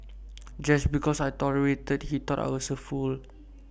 just because I tolerated he thought I was A fool